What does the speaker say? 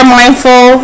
mindful